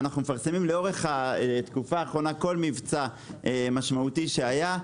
אנו מפרסמים לאורך התקופה האחרונה כל מבצע משמעותי שהיה,